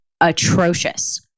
atrocious